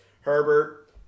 Herbert